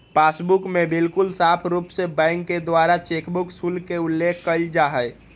passbook में बिल्कुल साफ़ रूप से बैंक के द्वारा चेकबुक शुल्क के उल्लेख कइल जाहई